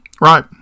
right